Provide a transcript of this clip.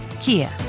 Kia